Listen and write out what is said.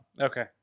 okay